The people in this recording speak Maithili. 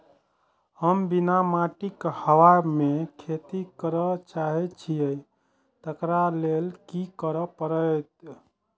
हम बिना माटिक हवा मे खेती करय चाहै छियै, तकरा लए की करय पड़तै?